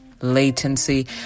latency